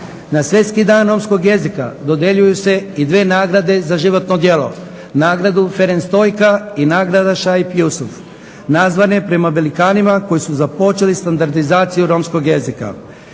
Na Svjetski dan romskog jezika dodjeljuju se i dvije nagrade za životno djelo, nagradu …/Ne razumije se./… i nagrada …/Ne razumije se./…, nazvane prema velikanima koji su započeli standardizaciju romskog jezika.